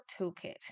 toolkit